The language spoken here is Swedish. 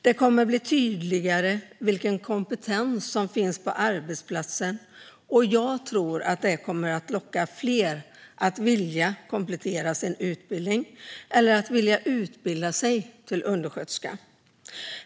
Det kommer att bli tydligare vilken kompetens som finns på arbetsplatsen, och jag tror att det kommer att locka fler att komplettera sin utbildning eller utbilda sig till undersköterska.